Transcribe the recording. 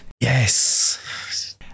Yes